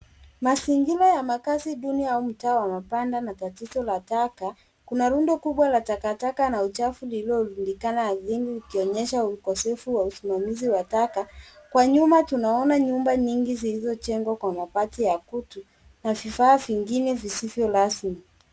Mazingira ya makazi duni au mtaa wa mabanda na tatizo la taka. Kuna rundo kubwa la takataka na uchafu lililorundikana ardhini likionyesha ukosefu wa usimamizi wa taka. Kwa nyuma tunaona nyumba nyingi zilizojengwa kwa mabati ya kutu na vifaa vingine visivyo rasmi.